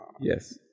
Yes